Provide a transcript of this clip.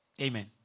Amen